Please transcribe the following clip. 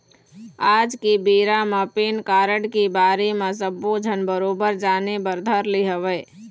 आज के बेरा म पेन कारड के बारे म सब्बो झन बरोबर जाने बर धर ले हवय